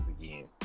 again